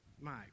Mike